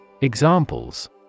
Examples